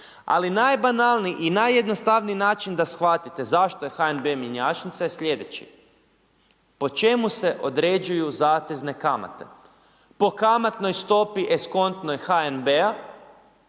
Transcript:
Ali najbanalniji i najjednostavniji način da shvatite zašto je HNB mjenjačnica je sljedeći. Po čemu se određuju zatezne kamate? Po kamatnoj stopi eskontnoj HNB-a